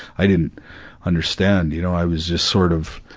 i didn't understand, you know, i was just sort of,